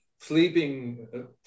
sleeping